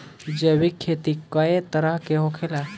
जैविक खेती कए तरह के होखेला?